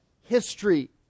history